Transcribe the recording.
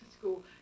school